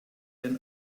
than